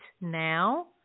now